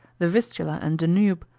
the vistula and danube,